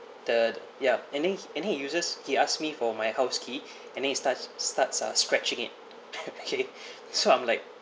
the ya and then h~ and then he uses he asked me for my house key and then he starts starts uh scratching it okay so I'm like